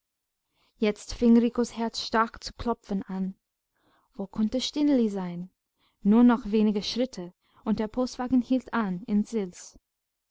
jetzt fing ricos herz stark zu klopfen an wo konnte stineli sein nur noch wenige schritte und der postwagen hielt an in sils